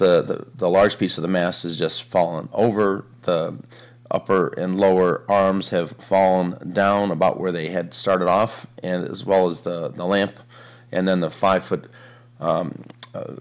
the large piece of the mass is just fallen over the upper and lower arms have fallen down about where they had started off and as well as the lamp and then the five foot